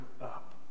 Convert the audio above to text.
up